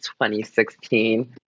2016